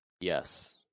yes